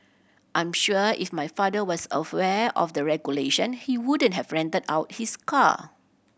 I'm sure if my father was of the regulation he wouldn't have rented out his car